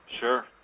Sure